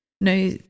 no